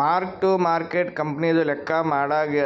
mark to market ಕಂಪನಿದು ಲೆಕ್ಕಾ ಮಾಡಾಗ್